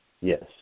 Yes